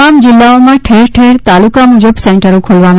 તમામ જિલ્લાઓમાં ઠેરઠેર તાલુકા મુજબ સેન્ટરો ખોલવામાં આવ્યાં છે